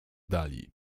dali